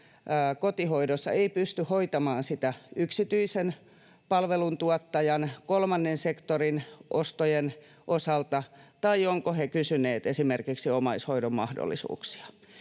kotihoidossa pysty hoitamaan sitä yksityisen palveluntuottajan, kolmannen sektorin ostojen osalta, tai ovatko he kysyneet esimerkiksi omaishoidon mahdollisuuksia.